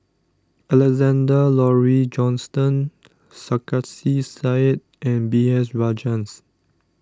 Alexander Laurie Johnston Sarkasi Said and B S Rajhans